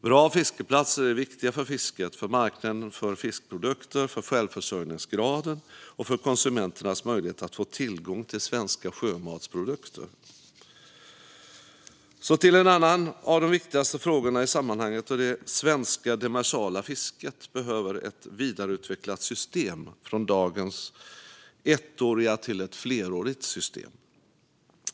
Bra fiskeplatser är viktiga för fisket, för marknaden för fiskprodukter, för självförsörjningsgraden och för konsumenternas möjlighet att få tillgång till svenska sjömatsprodukter. Jag går över till en annan av de viktigaste frågorna i sammanhanget, och det är att det svenska demersala fisket behöver ett vidareutvecklat system - från dagens ettåriga till ett flerårigt system.